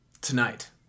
Tonight